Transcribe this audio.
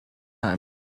time